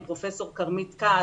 עם פרופסור כרמית כץ,